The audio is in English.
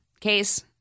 case